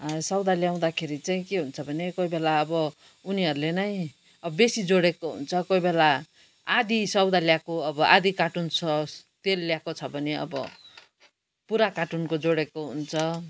सौदा ल्याउँदाखेरि चाहिँ के हुन्छ भने कोही बेला अब उनीहरूले नै बेसी जोडेको हुन्छ कोही बेला आधी सौदा ल्याएको अब आधी कार्टुन छ तेल ल्याएको छ भने अब पुरा कार्टुनको जोडेको हुन्छ